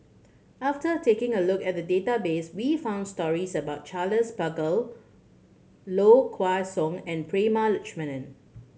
after taking a look at the database we found stories about Charles Paglar Low Kway Song and Prema Letchumanan